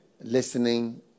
listening